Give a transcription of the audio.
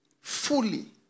fully